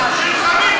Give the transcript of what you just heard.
הכנסת.